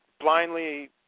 blindly